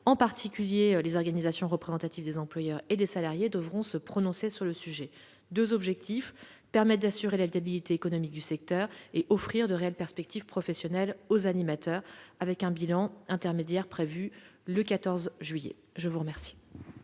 en particulier les organisations représentatives des employeurs et des salariés, devront se prononcer sur le sujet. L'objectif est donc double : assurer la viabilité économique du secteur et offrir de réelles perspectives professionnelles aux animateurs. Un bilan intermédiaire est prévu le 14 juillet prochain.